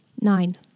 Nine